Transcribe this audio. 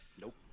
nope